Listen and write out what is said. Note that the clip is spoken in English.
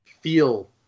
feel